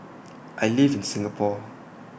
I live in Singapore